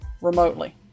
remotely